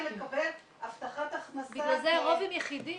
לקבל הבטחת הכנסה -- בגלל זה הרוב הם יחידים.